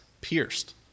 pierced